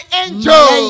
angel